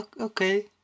Okay